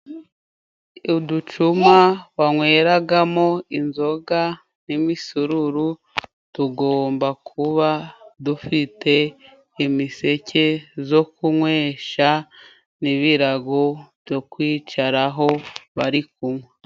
Uducuma wanyweragamo inzoga n'imisururu tugomba kuba dufite imiseke zo kunywesha n'ibirago byo kwicaraho bari kunywa.